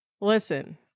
Listen